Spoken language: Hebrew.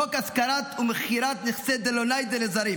חוק השכרת ומכירת נכסי דלא ניידי לזרים,